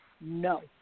no